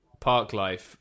Parklife